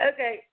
Okay